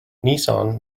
nissan